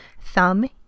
Thumb